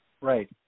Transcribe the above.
Right